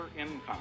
income